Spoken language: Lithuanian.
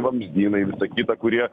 vamzdynai kita kurie